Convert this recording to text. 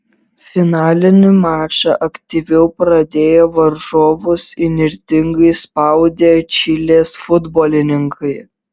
finalinį mačą aktyviau pradėjo varžovus įnirtingai spaudę čilės futbolininkai